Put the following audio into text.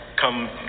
come